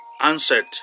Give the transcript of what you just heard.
answered